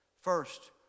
First